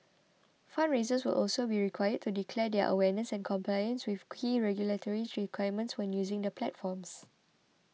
fundraisers will also be required to declare their awareness and compliance with key regulatory requirements when using the platforms